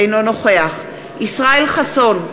אינו נוכח ישראל חסון,